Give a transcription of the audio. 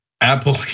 apple